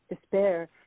despair